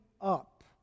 up